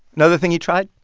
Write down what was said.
another thing he tried.